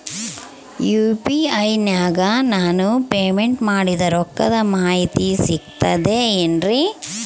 UPI ನಾಗ ನಾನು payment ಮಾಡಿದ ರೊಕ್ಕದ ಮಾಹಿತಿ ಸಿಕ್ತದೆ ಏನ್ರಿ?